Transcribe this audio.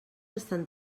estan